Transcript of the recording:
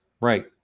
Right